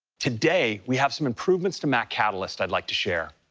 today we have some improvements to mac catalyst i'd like to share.